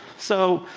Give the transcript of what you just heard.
so